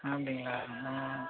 அப்படிங்களா ஆமாம்